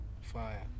fire